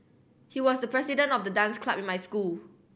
he was the president of the dance club in my school